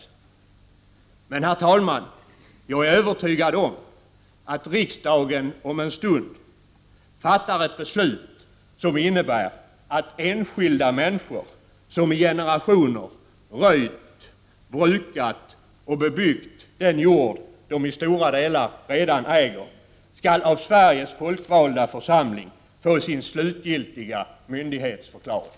Men, herr talman, jag är övertygad om att riksdagen om en stund fattar ett beslut som innebär att enskilda människor, som i generationer röjt, brukat och bebyggt den jord de i stora delar redan äger, skall av Sveriges folkvalda församling få sin slutgiltiga myndigförklaring.